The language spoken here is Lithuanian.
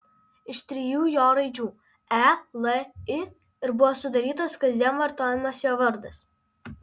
iš trijų jo raidžių e l i ir buvo sudarytas kasdien vartojamas jo vardas